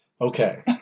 Okay